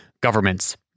governments